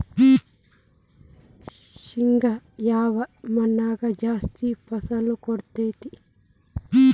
ಶೇಂಗಾ ಯಾವ ಮಣ್ಣಾಗ ಜಾಸ್ತಿ ಫಸಲು ಕೊಡುತೈತಿ?